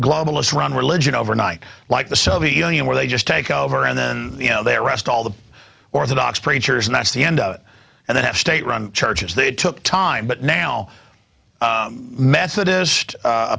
globalist run religion overnight like the soviet union where they just take over and then you know they arrest all the orthodox preachers and that's the end and they have state run churches they took time but now methodist